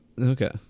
Okay